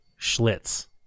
Schlitz